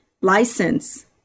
license